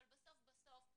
אבל בסוף בסוף,